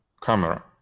camera